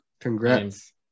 congrats